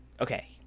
Okay